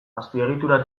azpiegitura